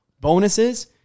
bonuses